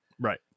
Right